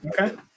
Okay